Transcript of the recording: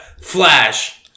Flash